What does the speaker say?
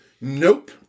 Nope